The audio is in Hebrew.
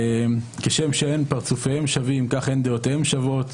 כשם שאין פרצופיהם שווים, כך אין דיעותיהם שוות,